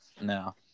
No